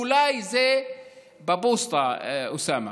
אולי זה בפוסטה, אוסאמה,